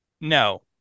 No